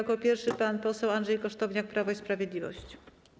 Jako pierwszy pan poseł Andrzej Kosztowniak, Prawo i Sprawiedliwość.